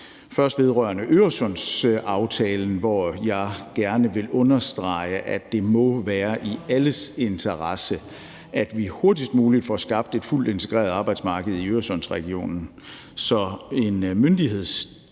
det vedrørende Øresundsaftalen, hvor jeg gerne vil understrege, at det må være i alles interesse, at vi hurtigst muligt får skabt et fuldt integreret arbejdsmarked i Øresundsregionen. Så en myndighedsdialog